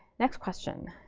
next question,